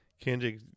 Kendrick